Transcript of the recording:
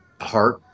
heart